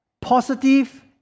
positive